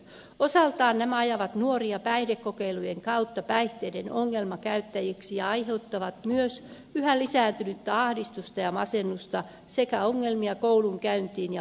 osaltaan nämä ajavat nuoria päihdekokeilujen kautta päihteiden ongelmakäyttäjiksi ja aiheuttavat myös yhä lisääntynyttä ahdistusta ja masennusta sekä ongelmia koulunkäyntiin ja opiskeluun